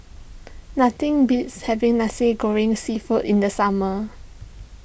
nothing beats having Nasi Goreng Seafood in the summer